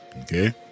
Okay